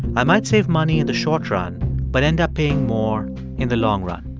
i might save money in the short run but end up paying more in the long run.